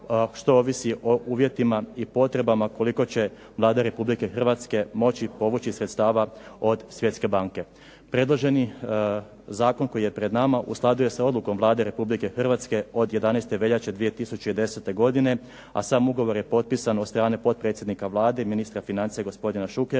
što ovisi o uvjetima i potrebama koliko će Vlada Republike Hrvatske moći povući sredstava od Svjetske banke. Predloženi zakon koji je pred nama u skladu je sa odlukom Vlade Republike Hrvatske od 11. veljače 2010. godine, a sam ugovor je potpisan od strane potpredsjednika Vlade i ministra financija gospodina Šukera